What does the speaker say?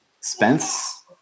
Spence